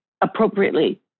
appropriately